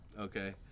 Okay